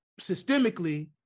systemically